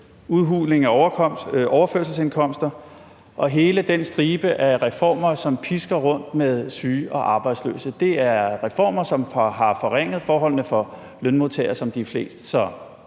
udhuling af overførselsindkomster og hele den stribe af reformer, som pisker rundt med syge og arbejdsløse, og det er reformer, som har forringet forholdene for lønmodtagere, som de er flest.